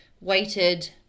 weighted